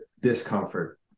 discomfort